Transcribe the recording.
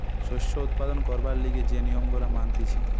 শস্য উৎপাদন করবার লিগে যে নিয়ম গুলা মানতিছে